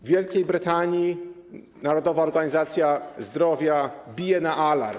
W Wielkiej Brytanii narodowa organizacja zdrowia bije na alarm.